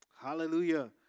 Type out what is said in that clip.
Hallelujah